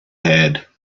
heard